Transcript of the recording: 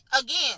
again